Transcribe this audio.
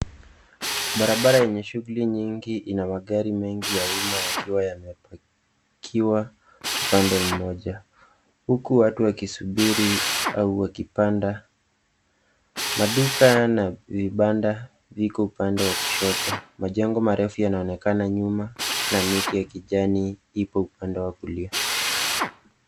Barabara yenye shughuli nyingi ina magari ya umma yakiwa upande mmoja huku watu wakisubiri au wakipanda. Maduka na vibanda viko upande wa kushoto. Majengo marefu yanaonekana nyuma na miti ya kijani ipo upande wa kulia.